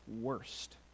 worst